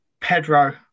Pedro